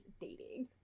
dating